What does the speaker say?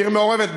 עיר מעורבת,